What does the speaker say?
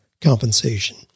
compensation